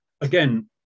again